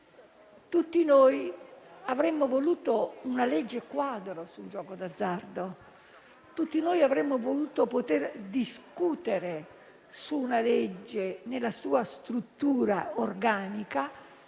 Tutti noi avremmo voluto una legge quadro sul gioco d'azzardo; tutti noi avremmo voluto poter discutere su una legge nella sua struttura organica.